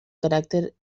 caràcter